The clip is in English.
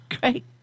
great